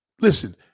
Listen